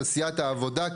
של סיעת העבודה,